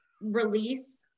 release